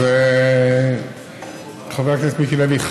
אז חבר הכנסת מיקי לוי,